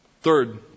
Third